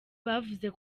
bavuze